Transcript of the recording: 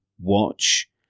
watch